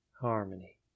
harmony